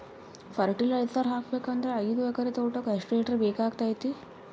Fertiliser ಹಾಕಬೇಕು ಅಂದ್ರ ಐದು ಎಕರೆ ತೋಟಕ ಎಷ್ಟ ಲೀಟರ್ ಬೇಕಾಗತೈತಿ?